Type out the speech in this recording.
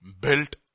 Built